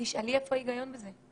תשאלי איפה ההיגיון בזה.